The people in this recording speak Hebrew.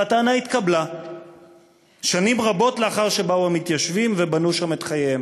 והטענה התקבלה שנים רבות לאחר שבאו המתיישבים ובנו שם את חייהם.